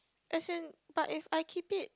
as in but if I keep it